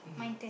mmhmm